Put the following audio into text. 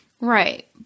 Right